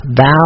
vow